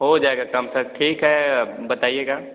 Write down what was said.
हो जाएगा कम सर ठीक है बताइएगा